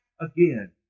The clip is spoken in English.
again